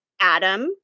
Adam